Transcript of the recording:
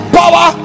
power